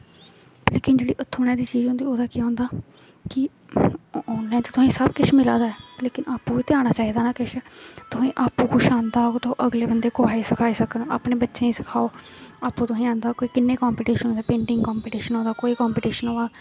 कि के जेहडी हत्थों बनाई दी चीज होंदी ओहदे च केह् होंदा कि उंहे ते तुसेंगी सब किश मिला दा ऐ लेकिन आपू बी ते आना चाहिदा ना किश तुसें आपूं किश होंदा होग ते अगले बंदे कुसै गी सखाई सकन अपने बच्चे गी सिखाओ आपू तुसे्गी पता किन्ने कम्पीटिशन होंदे पैटिंग कम्पीटिशन